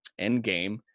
Endgame